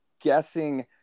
guessing